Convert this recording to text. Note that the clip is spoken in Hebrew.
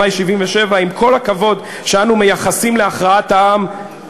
במאי 1977: עם כל הכבוד שאנו מייחסים להכרעת העם,